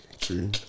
true